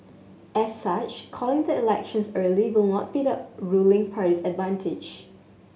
as such calling the elections early will not be the ruling party's advantage